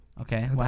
okay